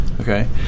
okay